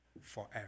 forever